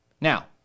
Now